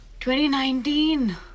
2019